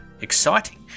exciting